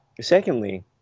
secondly